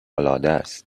العادست